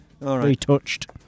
retouched